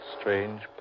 strange